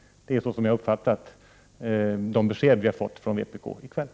Så har jag uppfattat de besked vi har fått från vpk i kväll.